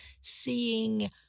seeing